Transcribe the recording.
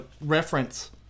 reference